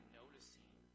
noticing